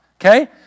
okay